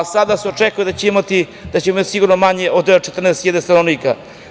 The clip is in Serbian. Sada se očekuje da ćemo imati sigurno manje od 14.000 stanovnika.